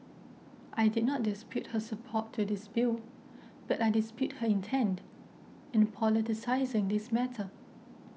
I did not dispute her support to this bill but I dispute her intent in politicising this matter